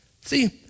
See